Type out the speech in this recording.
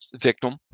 victim